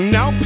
Now